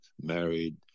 married